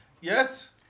Yes